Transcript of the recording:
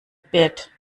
bit